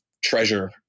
Treasure